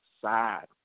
sad